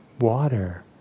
water